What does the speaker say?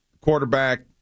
quarterback